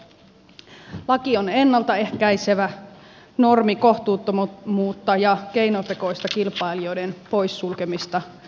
laki on ennalta ehkäisevä normikohtuuttomuutta ja keinotekoista kilpailijoiden poissulkemista vastaan